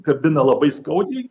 kabina labai skaudžiai